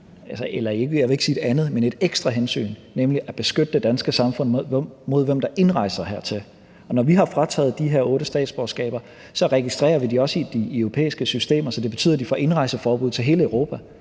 er, at der her også er et ekstra hensyn, nemlig at beskytte det danske samfund mod, hvem der indrejser hertil, og når vi har frataget de her otte statsborgerskaber, registrerer vi det også i de europæiske systemer, så det betyder, at de får indrejseforbud til hele Europa.